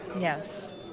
yes